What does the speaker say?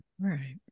right